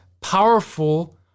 powerful